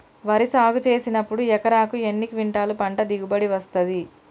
వరి సాగు చేసినప్పుడు ఎకరాకు ఎన్ని క్వింటాలు పంట దిగుబడి వస్తది?